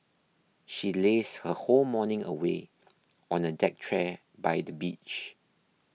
she lazed her whole morning away on a deck chair by the beach